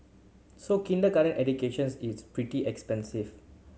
so kindergarten educations is pretty expensive